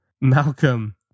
Malcolm